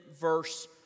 verse